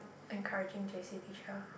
encouraging J_C teacher